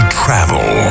travel